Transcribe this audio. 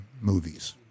movies